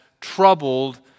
troubled